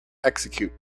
execute